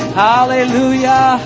hallelujah